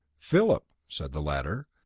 philip, said the latter,